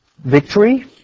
Victory